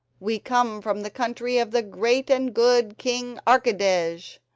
we come from the country of the great and good king archidej,